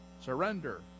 surrender